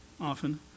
often